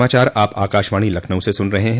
यह समाचार आप आकाशवाणी लखनऊ से सून रहे हैं